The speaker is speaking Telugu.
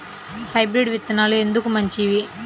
హైబ్రిడ్ విత్తనాలు ఎందుకు మంచివి?